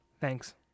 thanks